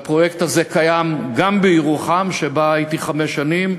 הפרויקט הזה קיים גם בירוחם, שבה הייתי חמש שנים.